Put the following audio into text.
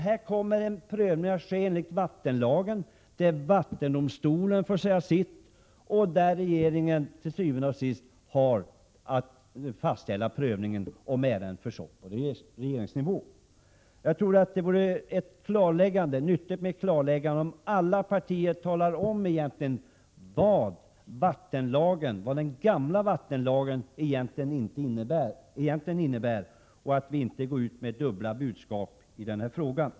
Här kommer alltså en prövning att ske enligt vattenlagen, varvid vattendomstolen får säga sitt och regeringen til syvende og sidst har att fastställa prövningen — om ärendet förs upp på regeringsnivå. Jag tror att det vore nyttigt med ett klarläggande — att alla partier talar om vad den gamla vattenlagen innebär, och att vi inte går ut med dubbla budskap.